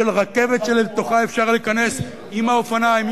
של רכבת שלתוכה אפשר להיכנס עם האופניים,